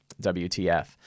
wtf